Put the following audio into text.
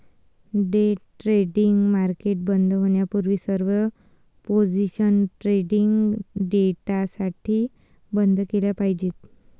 day trading market बंद होण्यापूर्वी सर्व पोझिशन्स ट्रेडिंग डेसाठी बंद केल्या पाहिजेत